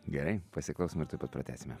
gerai pasiklausom ir tuoj pat pratęsime